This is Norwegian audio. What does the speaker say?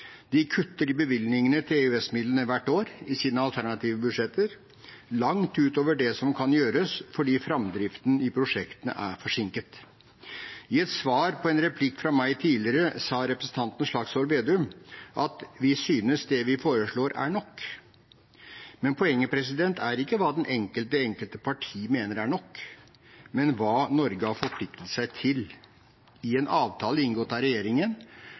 De kutter i bevilgningene til EØS-midlene hvert år i sine alternative budsjetter – langt utover det som kan gjøres, fordi framdriften i prosjektene er forsinket. I et svar på en replikk fra meg tidligere sa representanten Slagsvold Vedum at han synes det de foreslår, er nok. Men poenget er ikke hva det enkelte parti mener er nok, men hva Norge har forpliktet seg til i en avtale inngått av regjeringen